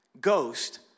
ghost